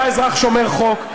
אתה אזרח שומר חוק,